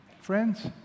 Friends